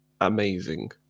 amazing